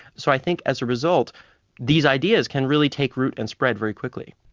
so i think as a result these ideas can really take root and spread very quickly.